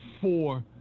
four